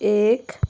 एक